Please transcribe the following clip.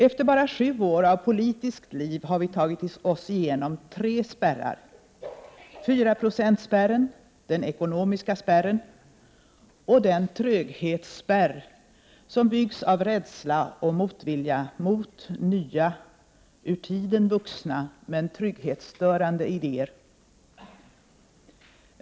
Efter bara sju år av politiskt liv har vi tagit oss igenom tre spärrar: 4-procentsspärren, den ekonomiska spärren och den tröghetsspärr som byggs av rädsla och motvilja mot nya, ur tiden vuxna, men trygghetsstörande idéer.